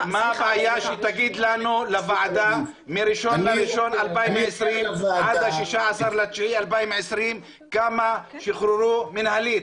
מה הבעיה שתגיד לנו לוועדה מ-1.1.2020 עד 16.9.2020 כמה שוחררו מנהלית?